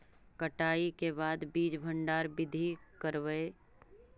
कटाई के बाद बीज भंडारन बीधी करबय?